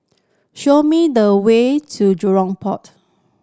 show me the way to Jurong Port